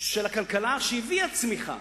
של הכלכלה, שהביאה צמיחה,